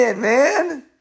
man